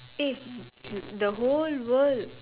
eh the whole world